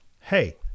hey